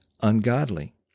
ungodly